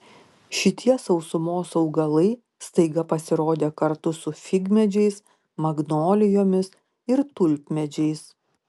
šitie sausumos augalai staiga pasirodė kartu su figmedžiais magnolijomis ir tulpmedžiais